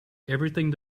everything